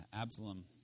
Absalom